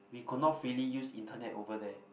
we could not freely use internet over there